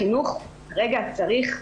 החינוך כרגע צריך,